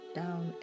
down